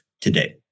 today